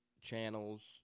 channels